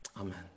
Amen